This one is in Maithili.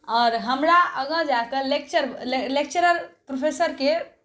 आओर हमरा आगाँ जाकऽ लेक्चर लेक्चरर प्रोफेसरके